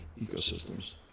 ecosystems